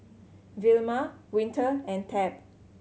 Vilma Winter and Tab